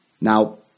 Now